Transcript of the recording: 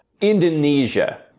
Indonesia